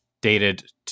dated